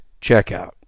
checkout